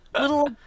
little